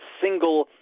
single